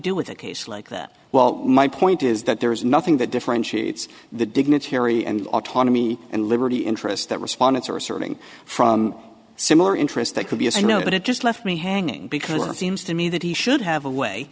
do with a case like that well my point is that there is nothing that differentiates the dignitary and autonomy and liberty interests that respondents are asserting from similar interests that could be assumed that it just left me hanging because it seems to me that he should have a way